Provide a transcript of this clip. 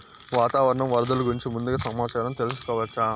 వాతావరణం వరదలు గురించి ముందుగా సమాచారం తెలుసుకోవచ్చా?